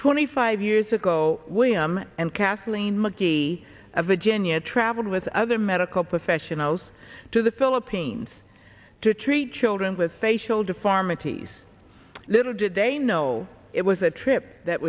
twenty five years ago william and kathleen mcgee of the genya traveled with other medical professionals to the philippines to treat children with facial deformities little did they know it was a trip that